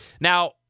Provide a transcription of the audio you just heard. Now